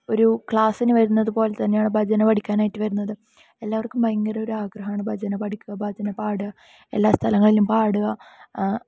ഒരു ക്ലാസ്സിന് വരുന്നതുപോലെ തന്നെയാണ് ഭജന പഠിക്കാനായിട്ട് വരുന്നത് എല്ലാവർക്കും ഒരു ഭയങ്കര ആഗ്രഹമാണ് ഭജന പഠിക്കുക ഭജന പാടുക എല്ലാ സ്ഥലങ്ങളിലും പാടുക